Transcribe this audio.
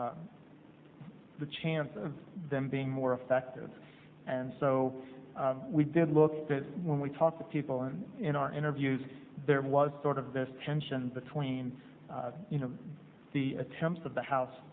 the the chance of them being more effective and so we did look that when we talk to people and in our interviews there was sort of this tension between you know the attempts of the house